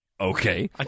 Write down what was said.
Okay